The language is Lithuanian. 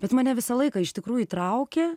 bet mane visą laiką iš tikrųjų traukė